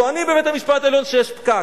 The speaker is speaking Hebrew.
טוענים בבית-המשפט העליון שיש פקק.